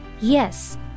Yes